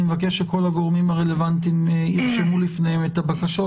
אני מבקש שכל הגורמים הרלוונטיים ירשמו לפניהם את הבקשות.